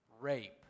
rape